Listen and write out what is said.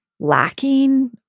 Lacking